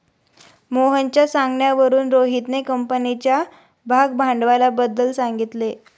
मोहनच्या सांगण्यावरून रोहितने कंपनीच्या भागभांडवलाबद्दल सांगितले